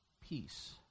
peace